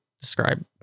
describe